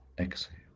exhale